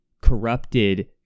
corrupted